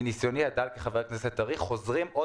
מניסיוני הדל כחבר כנסת טרי חוזרים שוב